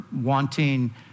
wanting